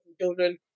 children